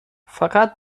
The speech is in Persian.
فقط